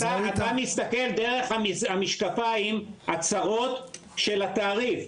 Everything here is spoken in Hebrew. אז ראית --- אתה מסתכל דרך המשקפיים הצרות של התעריף.